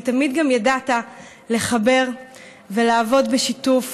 כי תמיד גם ידעת לחבר ולעבוד בשיתוף,